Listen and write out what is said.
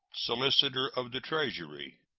solicitor of the treasury,